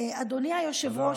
אדוני היושב-ראש,